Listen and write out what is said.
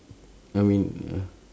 I mean ya